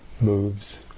moves